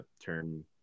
term